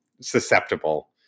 susceptible